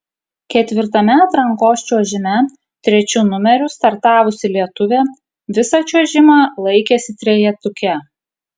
ketvirtame atrankos čiuožime trečiu numeriu startavusi lietuvė visą čiuožimą laikėsi trejetuke